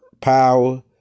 power